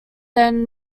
then